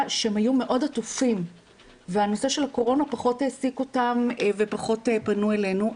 שהם היו מאוד עטופים ונושא הקורונה פחות העסיק אותם ופחות פנו אלינו,